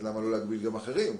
אז למה לא הגביל גם אחרים,